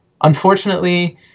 unfortunately